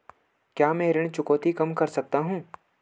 क्या मैं ऋण चुकौती कम कर सकता हूँ?